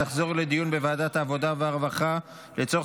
לוועדת העבודה והרווחה נתקבלה.